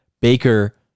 Baker